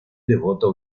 devoto